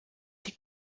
die